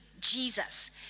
Jesus